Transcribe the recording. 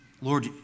Lord